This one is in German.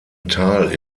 tal